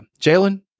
Jalen